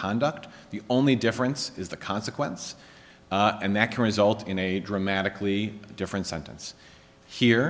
conduct the only difference is the consequence and that can result in a dramatically different sentence here